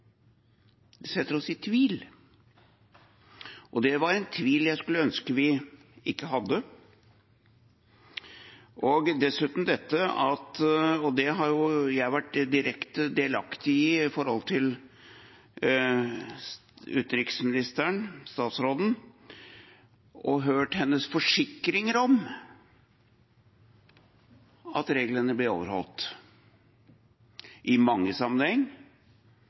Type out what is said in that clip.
setter oss i tvil. Det var en tvil jeg skulle ønske vi ikke hadde. Dessuten – og det har jeg vært direkte delaktig i – har jeg hørt utenriksministerens forsikringer om at reglene blir overholdt, i mange sammenhenger og helt spesielt i Jemen og Emiratenes sammenheng.